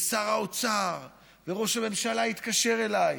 ושר האוצר וראש הממשלה התקשרו אליי.